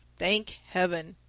thank heaven,